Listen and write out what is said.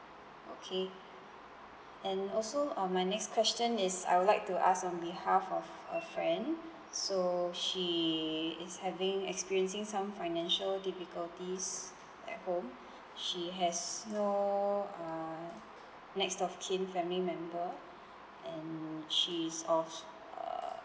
okay and also um my next question is I would like to ask on behalf of a friend so she is having experiencing some financial difficulties at home she has no uh next of kin family member and she's of err